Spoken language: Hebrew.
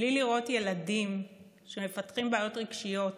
בלי לראות ילדים שמפתחים בעיות רגשיות